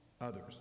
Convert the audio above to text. others